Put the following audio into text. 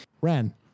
Ren